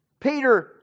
Peter